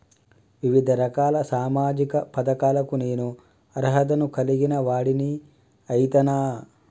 వివిధ రకాల సామాజిక పథకాలకు నేను అర్హత ను కలిగిన వాడిని అయితనా?